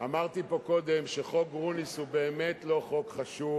אמרתי פה קודם שחוק גרוניס הוא באמת לא חוק חשוב.